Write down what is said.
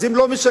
אז הן לא גובות.